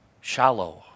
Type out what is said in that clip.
shallow